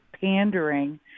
pandering